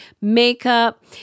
makeup